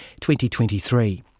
2023